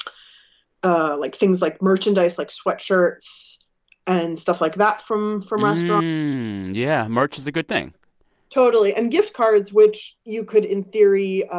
ah like, things like merchandise, like sweatshirts and stuff like that, from from restaurants yeah. merch is a good thing totally. and gift cards, which you could, in theory,